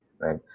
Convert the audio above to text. right